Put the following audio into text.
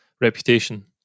reputation